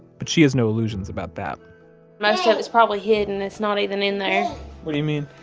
but she has no illusions about that most yeah of it's probably hidden. it's not even in there what do you mean?